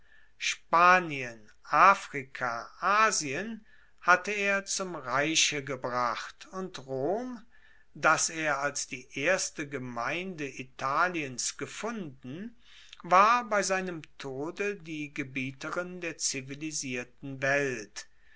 spanien afrika asien hatte er zum reiche gebracht und rom das er als die erste gemeinde italiens gefunden war bei seinem tode die gebieterin der zivilisierten welt